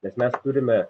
nes mes turime